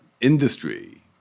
industry